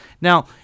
Now